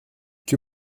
que